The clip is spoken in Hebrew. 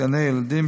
גני-ילדים,